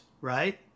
right